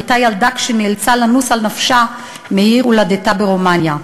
הייתה ילדה כשנאלצה לנוס על נפשה מעיר הולדתה ברומניה.